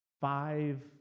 five